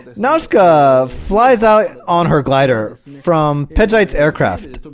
nazca flies out on her glider from hedge heights aircraft